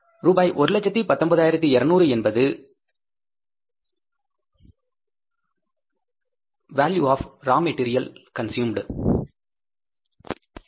ரூபாய் 119200 என்பது raw material consumed ஆகும்